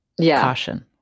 caution